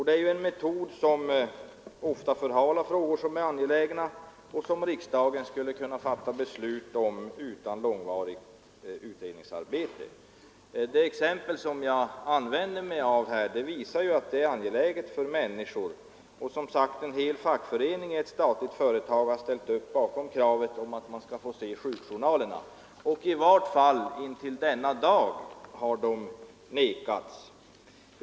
Det är en metod som ofta förhalar angelägna frågor, vilka riksdagen skulle kunna fatta beslut om utan långvarigt utredningsarbete. Det exempel som jag anförde visar att det är angeläget för människor att få se sina sjukjournaler, och en hel fackförening i ett statligt företag har, som sagt, ställt sig bakom detta krav. I vart fall intill denna dag har detta krav tillbakavisats.